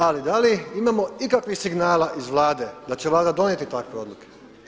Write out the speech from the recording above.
Ali da li imamo ikakvih signala iz Vlade da će Vlada donijeti takve odluke?